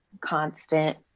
constant